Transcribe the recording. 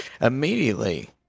immediately